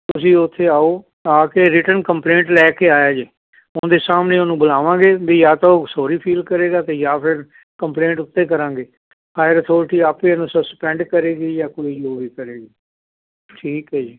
ਤੁਸੀਂ ਉੱਥੇ ਆਓ ਆ ਕੇ ਰਿਟਨ ਕੰਪਲੇਂਟ ਲੈ ਕੇ ਆਇਆ ਜੇ ਉਹਦੇ ਸਾਹਮਣੇ ਉਹਨੂੰ ਬੁਲਾਵਾਂਗੇ ਵੀ ਆ ਤਾਂ ਸੋਰੀ ਫੀਲ ਕਰੇਗਾ ਤੇ ਜਾਂ ਫਿਰ ਕੰਪਲੇਂਟ ਉੱਤੇ ਕਰਾਂਗੇ ਹਾਇਰਸਕਿਓਰਟੀ ਆਪੇ ਨੂੰ ਸਸਪੈਂਡ ਕਰੇਗੀ ਜਾ ਕੋਈ ਕਰੇਗੀ ਠੀਕ ਹ ਜੀ